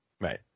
Right